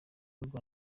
rwa